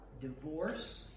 divorce